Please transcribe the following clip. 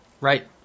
Right